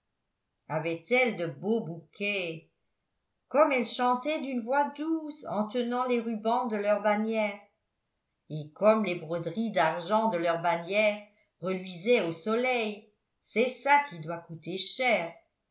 avaient-elles de beaux bouquets comme elles chantaient d'une voix douce en tenant les rubans de leur bannière et comme les broderies d'argent de leur bannière reluisaient au soleil c'est ça qui doit coûter cher